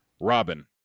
robin